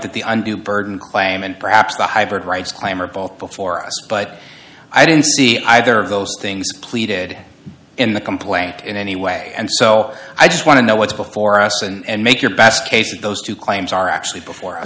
that the undue burden claim and perhaps the hybrid rights claim are both before us but i don't see either of those things pleaded in the complaint in any way and so i just want to know what's before us and make your best case if those two claims are actually before